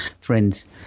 friends